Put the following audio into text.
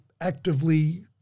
actively